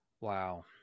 wow